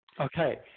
okay